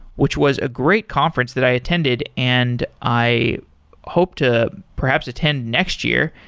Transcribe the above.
which was a great conference that i attended and i hope to perhaps attend next year.